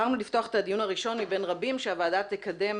בחרנו לפתוח את הדיון הראשון מבין רבים שהוועדה תקדם